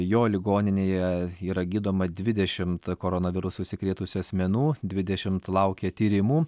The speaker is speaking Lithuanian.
jo ligoninėje yra gydoma dvidešimt koronavirusu užsikrėtusių asmenų dvidešimt laukia tyrimų